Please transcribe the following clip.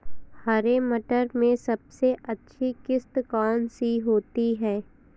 हरे मटर में सबसे अच्छी किश्त कौन सी होती है?